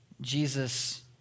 Jesus